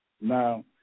Now